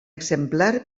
exemplar